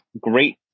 great